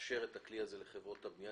לאפשר את הכלי הזה של חברות הגבייה.